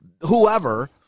whoever